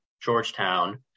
Georgetown